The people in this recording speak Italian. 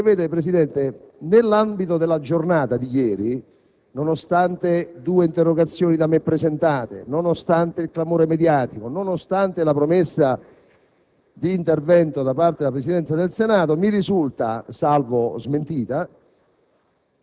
vede, Presidente, nella giornata di ieri, nonostante due interrogazioni da me presentate, nonostante il clamore mediatico e la promessa di intervento da parte della Presidenza del Senato, mi risulta, salvo smentita,